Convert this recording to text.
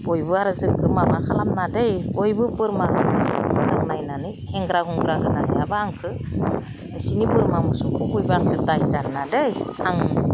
बयबो आरो जोंखौ माबा खालामनाङा दै बयबो बोरमा मोजां नायनानै हेंग्रा हुंग्रा होनो हायाबा आंखौ नोंसोरनि बोरमा मोसौखौ बुबा आंबो दाय जानो नाङा दै आं